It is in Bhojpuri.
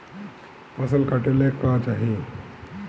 फसल काटेला का चाही?